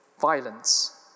violence